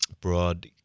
broad